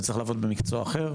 וצריך לעבוד במקצוע אחר,